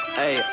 hey